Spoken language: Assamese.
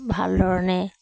ভাল ধৰণে